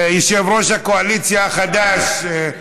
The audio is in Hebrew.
יושב-ראש הקואליציה החדש.